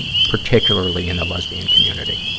and particularly in the lesbian community,